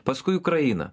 paskui ukraina